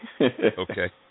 Okay